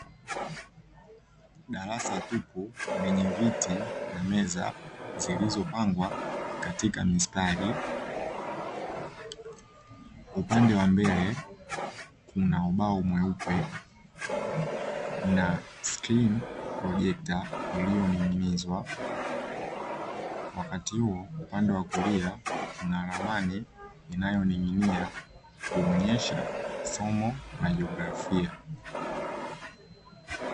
Darasa tupu lenye viti na meza zilizo pangwa katika mistari, upande wa mbele kuna ubao mweupe na skrini projekta iliyoning'inizwa wakati huu upande wa kulia kuna ramani inayo ning'inia kuonyesha somo la jografia.